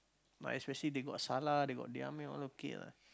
now especially they got Salah they got Diama all okay what